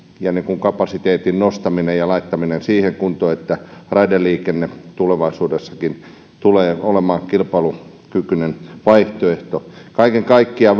kapasiteetin nostamisessa ja laittamisessa siihen kuntoon että raideliikenne tulevaisuudessakin tulee olemaan kilpailukykyinen vaihtoehto kaiken kaikkiaan